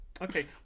Okay